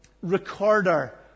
recorder